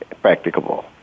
practicable